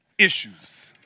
Issues